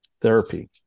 therapy